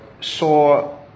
saw